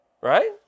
Right